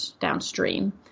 downstream